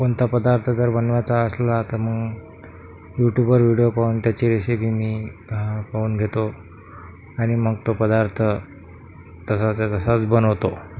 कोणता पदार्थ जर बनवायचा असला तर मग युट्युबवर व्हिडीओ पाहून त्याची रेसिपी मी पाहून घेतो आणि मग तो पदार्थ तसाचा तसाच बनवतो